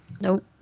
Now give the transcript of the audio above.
Nope